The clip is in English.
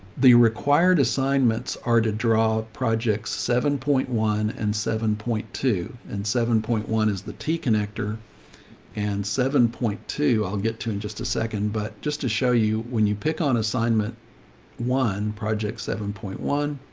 the required assignments are to draw projects, seven point one and seven point two and seven point one is the t-connector and seven point two. i'll get to in just a second. but just to show you, when you pick on assignment one project seven point one,